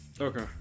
Okay